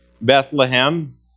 Bethlehem